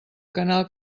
canal